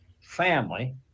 family